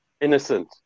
Innocent